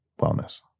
wellness